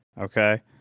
okay